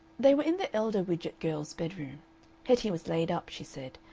they were in the elder widgett girl's bedroom hetty was laid up, she said,